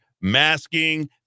masking